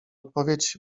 odpowiedź